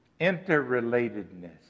interrelatedness